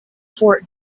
fort